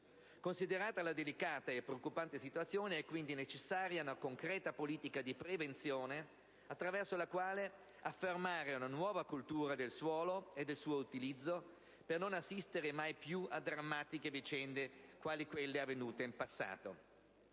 Considerata la delicata e preoccupante situazione, è quindi necessaria una concreta politica di prevenzione attraverso la quale affermare una nuova cultura del suolo e del suo utilizzo, per non assistere mai più a drammatiche vicende quali quelle avvenute in passato.